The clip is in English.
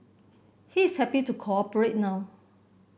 he is happy to cooperate now